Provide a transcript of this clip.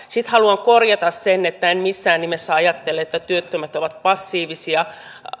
sitten haluan korjata sen että en missään nimessä ajattele että työttömät ovat passiivisia